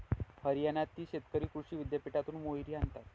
हरियाणातील शेतकरी कृषी विद्यापीठातून मोहरी आणतात